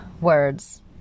words